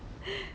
ha